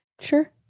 Sure